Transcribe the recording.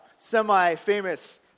semi-famous